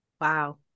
Wow